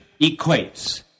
equates